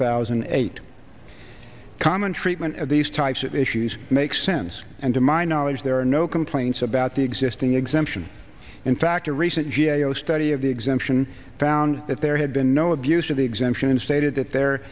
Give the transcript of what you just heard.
thousand and eight common treatment of these types of issues makes sense and to my knowledge there are no complaints about the existing exemption in fact a recent g a o study of the exemption found that there had been no abuse of the exemption and stated that there